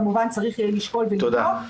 כמובן צריך יהיה לשקול ולבדוק,